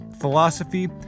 philosophy